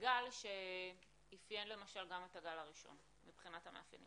גל שאפיין למשל גם את הגל הראשון מבחינת המאפיינים שלו.